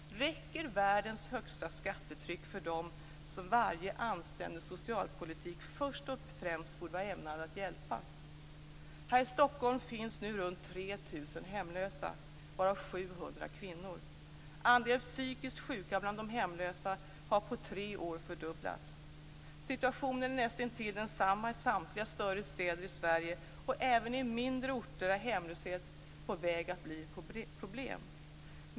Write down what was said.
Räcker världens högsta skattetryck för dem som varje anständig socialpolitik först och främst borde vara ämnad att hjälpa? Här i Stockholm finns nu ca 3 000 hemlösa, varav 700 är kvinnor. Andelen psykiskt sjuka bland de hemlösa har på tre år fördubblats. Situationen är nästintill densamma i samtliga större städer i Sverige och även i mindre orter är hemlöshet på väg att bli ett problem.